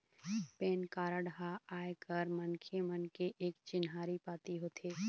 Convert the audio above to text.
PAN card ह आयकर मनखे मन के एक चिन्हारी पाती होथे